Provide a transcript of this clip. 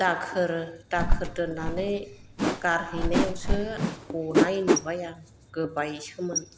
दाखोर दोननानै गारहैनायावसो गनाय नुबाय आं गोबायसोमोन